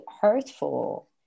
hurtful